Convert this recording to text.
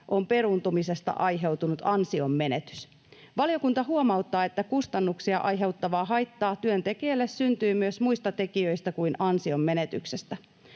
on peruuntumisesta aiheutunut ansionmenetys. Valiokunta huomauttaa, että kustannuksia aiheuttavaa haittaa työntekijälle syntyy myös muista tekijöistä kuin ansionmenetyksestä.